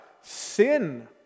sin